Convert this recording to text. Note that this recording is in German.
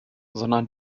sondern